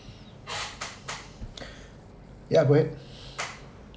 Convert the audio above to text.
ya go ahead